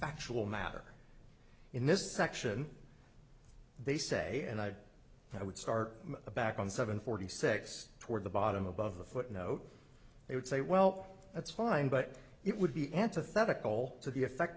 factual matter in this section they say and i would start back on seven forty six toward the bottom above the footnote they would say well that's fine but it would be antithetical to the effect